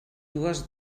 dues